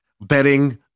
betting